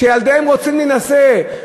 שילדיהם רוצים להינשא,